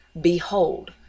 Behold